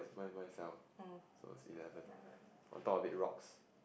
oh eleven